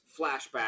flashback